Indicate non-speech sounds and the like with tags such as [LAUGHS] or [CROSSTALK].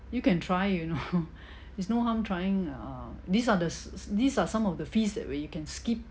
you can try you know [LAUGHS] is no harm trying err these are the s~ s~ these are some of the fees that way you can skip